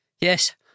Yes